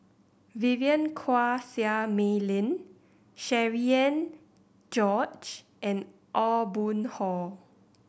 Vivien Quahe Seah Mei Lin Cherian George and Aw Boon Haw